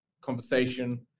conversation